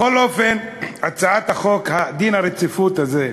בכל אופן, דין הרציפות הזה,